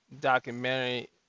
documentary